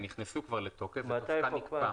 הן נכנסו כבר לתוקף, רק תוקפן מוקפא.